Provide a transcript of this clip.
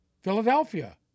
Philadelphia